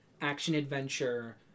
action-adventure